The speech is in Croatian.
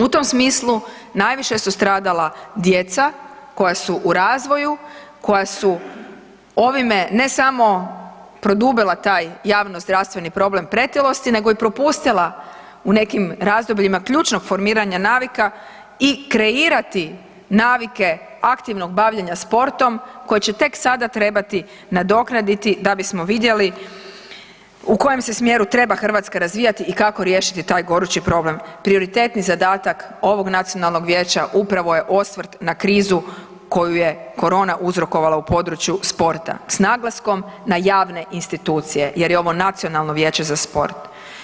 U tom smislu najviše su stradala djeca koja su u razvoju, koja su ovime ne samo produbila taj javno zdravstveni problem pretilosti nego i propustila u nekim razdobljima ključnog formiranja navika i kreirati navike aktivnog bavljenja sportom koje će tek sada trebati nadoknaditi da bismo vidjeli u kojem se smjeru treba Hrvatska razvijati i kako riješiti taj gorući problem, prioritetni zadatak ovo Nacionalnog vijeća upravo je osvrt na krizu koju je korona uzrokovala u području sporta s naglaskom na javne institucije jer je ovo Nacionalno vijeće za sport.